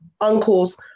uncles